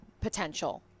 potential